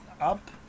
up